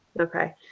okay